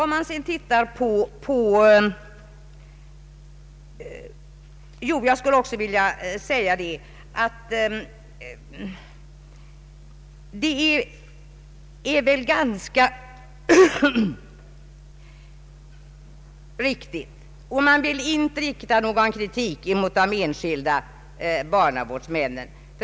Man vill inte rikta någon kritik mot de enskilda barnavårdsmännen.